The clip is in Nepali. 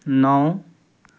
नौ